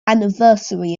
anniversary